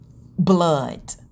blood